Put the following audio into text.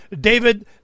David